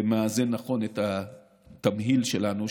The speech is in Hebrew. ומאזן נכון את התמהיל שלנו,